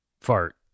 fart